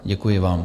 Děkuji vám.